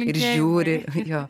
ir žiūri jo